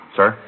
Sir